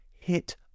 hit